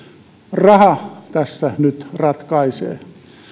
raha tässä nyt ratkaisee